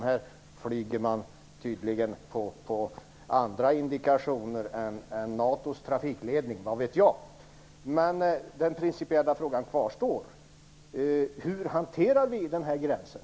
Här flyger man tydligen på andra indikationer än NATO:s trafikledning - vad vet jag? Den principiella frågan kvarstår alltså: Hur hanteras den här gränsen?